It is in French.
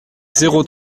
zéro